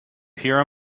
hear